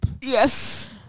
Yes